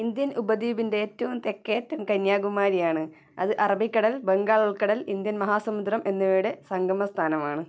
Indian ഉപദ്വീപിൻ്റെ ഏറ്റോം തെക്കേ അറ്റം കന്യാകുമാരിയാണ് അത് അറബിക്കടൽ ബംഗാൾ ഉൾക്കടൽ ഇന്ത്യൻ മഹാസമുദ്രം എന്നിവയുടെ സംഗമ സ്ഥാനമാണ്